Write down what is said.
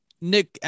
Nick